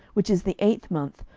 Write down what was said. which is the eighth month,